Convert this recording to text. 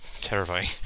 terrifying